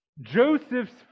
Joseph's